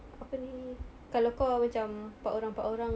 apa ni kalau kau macam empat orang empat orang